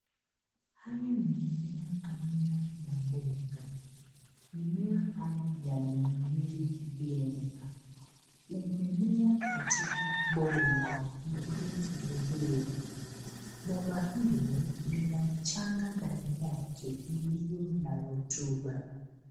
Haya ni mimea aina ya mboga. Mimea haya yamenawiri vyema. Umemea katika bomba uliotobolewa. Bomba hilo lina mchanga ndani yake iliyo na rotuba.